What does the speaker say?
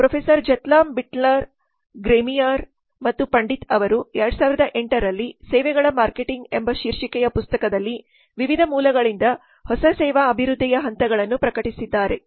professor Zeithaml Bitner ಗ್ರೇಮಿಯರ್Professor Zeithaml Bitner Gremier and Pandit ಮತ್ತು ಪಂಡಿತ್ ಅವರು 2008 ರಲ್ಲಿ ಸೇವೆಗಳ ಮಾರ್ಕೆಟಿಂಗ್ ಎಂಬ ಶೀರ್ಷಿಕೆಯ ಪುಸ್ತಕದಲ್ಲಿ ವಿವಿಧ ಮೂಲಗಳಿಂದ ಹೊಸ ಸೇವಾ ಅಭಿವೃದ್ಧಿಯ ಹಂತಗಳನ್ನು ಪ್ರಕಟಿಸಿದ್ದಾರೆ